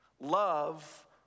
Love